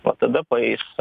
va tada paeis